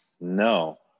No